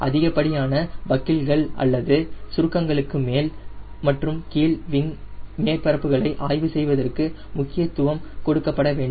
அதிகப்படியான பக்கில்கள் அல்லது சுருக்கங்களுக்காக மேல் மற்றும் கீழ் விங் மேற்பரப்புகளை ஆய்வு செய்வதற்கு முக்கியத்துவம் கொடுக்கப்பட வேண்டும்